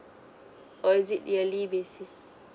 or is it yearly basis